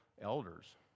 elders